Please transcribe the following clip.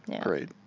great